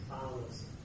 follows